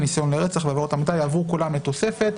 ניסיון לרצח ועבירות --- יעברו כולם לתוספת.